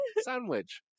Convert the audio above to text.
Sandwich